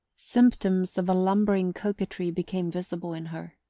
symptoms of a lumbering coquetry became visible in her,